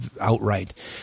outright